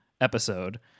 episode